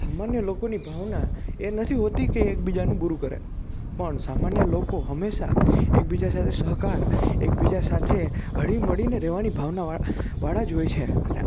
સામાન્ય લોકોની ભાવના એ નથી હોતી કે એકબીજાનું બૂરું કરે પણ સામાન્ય લોકો હંમેશા એકબીજા સાથે સહકાર એકબીજા સાથે હળીમળીને રહેવાની ભાવનાવાળા વાળા જ હોય છે અને